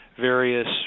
various